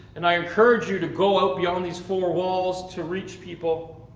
and i encourage you to go out beyond these four walls to reach people.